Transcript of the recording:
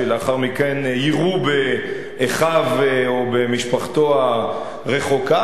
שלאחר מכן יירו באחיו או במשפחתו הרחוקה,